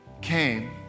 came